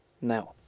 Now